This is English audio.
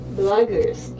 bloggers